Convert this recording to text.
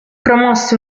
promosse